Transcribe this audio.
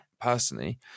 personally